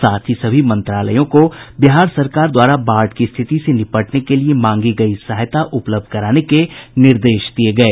साथ ही सभी मंत्रालयों को बिहार सरकार द्वारा बाढ़ की स्थिति से निपटने के लिए मांगी गई सहायता उपलब्ध कराने के निर्देश दिये गये